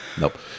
Nope